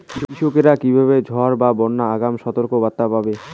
কৃষকেরা কীভাবে ঝড় বা বন্যার আগাম সতর্ক বার্তা পাবে?